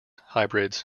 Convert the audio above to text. hybrids